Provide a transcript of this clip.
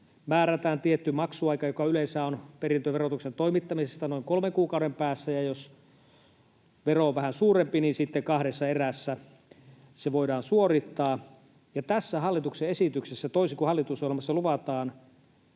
määrätään tietty maksuaika, joka yleensä on perintöverotuksen toimittamisesta noin kolmen kuukauden päässä, ja jos vero on vähän suurempi, sitten kahdessa erässä se voidaan suorittaa. Ja tässä hallituksen esityksessä, toisin kuin hallitusohjelmassa luvataan,